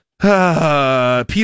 Peter